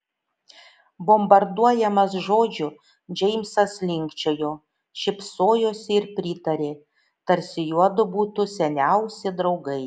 bombarduojamas žodžių džeimsas linkčiojo šypsojosi ir pritarė tarsi juodu būtų seniausi draugai